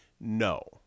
No